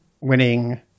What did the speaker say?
winning